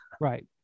Right